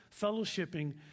fellowshipping